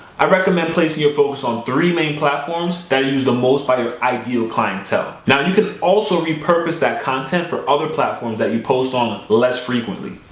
i recommend placing your focus on three main platforms that are used the most by your ideal clientele. now you can also repurpose that content for other platforms that you post on less frequently.